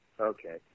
Okay